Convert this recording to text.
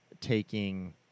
taking